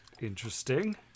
Interesting